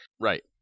Right